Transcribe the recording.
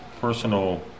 personal